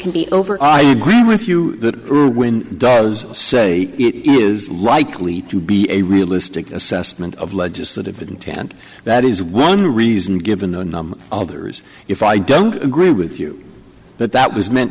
can be over i agree with you that does say it is likely to be a realistic assessment of legislative intent that is one reason given the others if i don't agree with you but that was meant